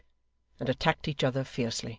and attacked each other fiercely.